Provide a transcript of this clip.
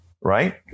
right